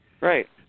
Right